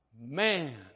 Man